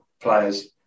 players